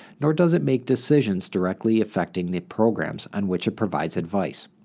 nor does it make decisions directly affecting the programs on which it provides advice.